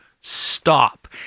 stop